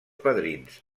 padrins